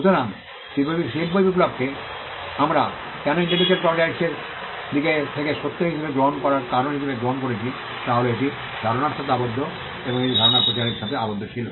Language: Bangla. সুতরাং শিল্প বিপ্লবকে আমরা কেন ইন্টেলেকচুয়াল প্রপার্টি রাইটস এর দিক থেকে সত্য হিসাবে গ্রহণ করার কারণ হিসাবে গ্রহণ করেছি তা হল এটি ধারণার সাথে আবদ্ধ এবং এটি ধারণার প্রচারের সাথে আবদ্ধ ছিল